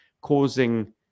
causing